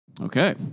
Okay